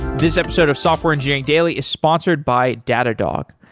this episode of software engineering daily is sponsored by datadog.